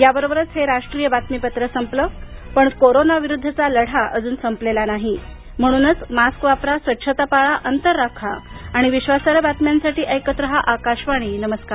याबरोबरच हे राष्ट्रीय बातमीपत्र संपलं पण कोरोनाविरुद्धचा लढा अजून संपलेला नाही म्हणूनच मास्क वापरा स्वच्छता पाळा अंतर राखा आणि विश्वासार्ह बातम्यांसाठी ऐकत राहा आकाशवाणी नमस्कार